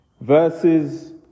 verses